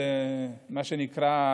מה שנקרא,